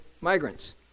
migrants